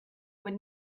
would